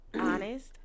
honest